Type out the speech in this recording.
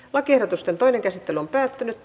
lakiehdotusten toinen käsittely päättyi